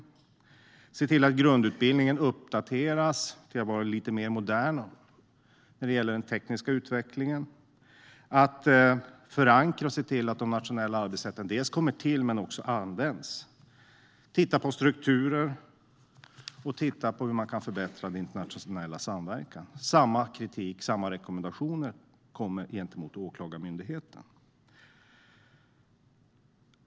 Det handlar om att se till att grundutbildningen uppdateras så att den är lite mer modern när det gäller den tekniska utvecklingen. Det handlar om att se till att nationella arbetssätt kommer till, att de förankras och att de används. Det handlar om att titta på strukturer och om att titta på hur man kan förbättra den internationella samverkan. Det är samma kritik och samma rekommendationer gentemot Åklagarmyndigheten.